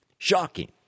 Shocking